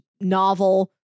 novel